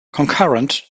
concurrent